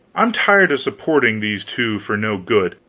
i'm tired supporting these two for no good.